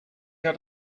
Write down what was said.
out